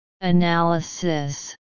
Analysis